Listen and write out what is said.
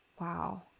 Wow